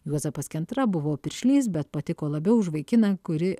juozapas kentra buvo piršlys bet patiko labiau už vaikiną kuri